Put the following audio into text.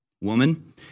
woman